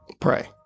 pray